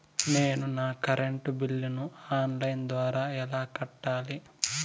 నేను నా కరెంటు బిల్లును ఆన్ లైను ద్వారా ఎలా కట్టాలి?